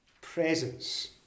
presence